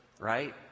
right